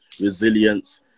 resilience